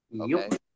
Okay